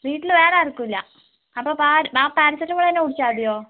വീട്ടിൽ വേറെ ആർക്കുമില്ല അപ്പോൾ ആ പാരസെറ്റമോൾ തന്നെ കുടിച്ചാൽ മതിയോ